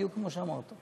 בדיוק כמו שאמרת.